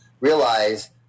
realize